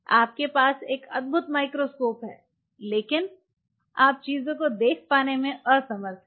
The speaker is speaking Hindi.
आपके पास एक अद्भुत माइक्रोस्कोप है लेकिन आप चीजों की देख पाने में असमर्थ हैं